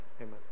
amen